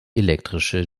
elektrische